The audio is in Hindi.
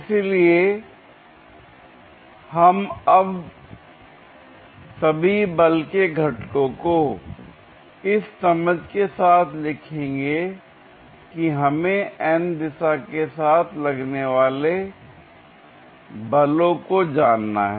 इसलिए हम अब सभी बलके घटकों को इस समझ के साथ लिखेंगे कि हमें n दिशा के साथ लगने वाले बलों को जानना है